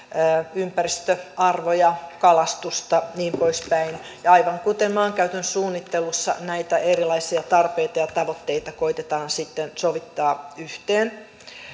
ympäristöarvoja kalastusta niin poispäin ja aivan kuten maankäytön suunnittelussa näitä erilaisia tarpeita ja tavoitteita koetetaan sitten sovittaa yhteen